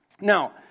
now